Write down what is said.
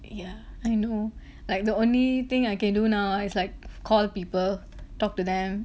yeah I know like the only thing I can do now it's like call people talk to them